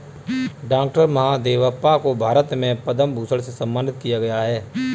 doctor Mahadevappa को भारत में पद्म भूषण से सम्मानित किया गया है